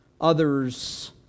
others